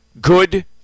good